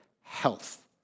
health